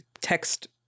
text